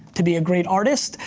to be a great artist,